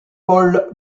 paul